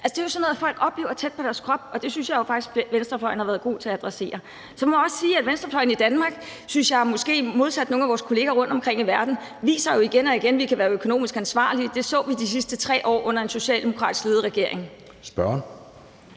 Det er jo sådan noget, folk oplever tæt på deres krop, og det synes jeg faktisk venstrefløjen har været god til at adressere. Så må jeg også sige, at jeg synes, venstrefløjen i Danmark, måske modsat nogle af vores kollegaer rundtomkring i verden, jo igen og igen viser, at vi kan være økonomisk ansvarlige. Det så vi de sidste 3 år under en socialdemokratisk ledet regering.